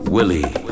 Willie